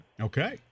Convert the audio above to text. Okay